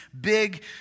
big